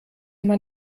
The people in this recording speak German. man